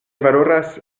valoras